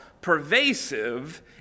pervasive